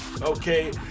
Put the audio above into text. okay